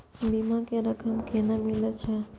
बीमा के रकम केना मिले छै?